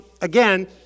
again